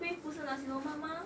crave 不是 nasi lemak 吗